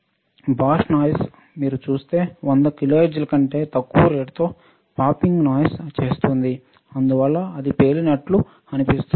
burst noise మీరు చూసే 100 hertz కంటే తక్కువ రేటుతో పాపింగ్ నాయిస్ చేస్తుంది అందువల్ల ఇది పేలినట్లు అనిపిస్తుంది